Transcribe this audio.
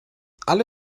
alle